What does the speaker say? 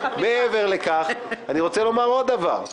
מעבר לכך, אני רוצה לומר עוד דבר.